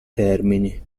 termini